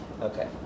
Okay